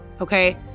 okay